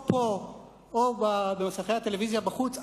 או פה או במסכי הטלוויזיה בחוץ,